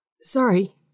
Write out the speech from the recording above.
Sorry